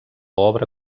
obra